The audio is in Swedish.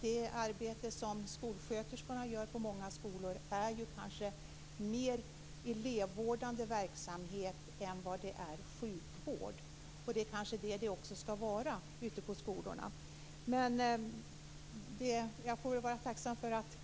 Det arbete som skolsjuksköterskan gör på många skolor är kanske mer elevvårdande verksamhet än vad det är sjukvård. Det kanske också skall vara det ute på skolorna. Jag får vara tacksam för att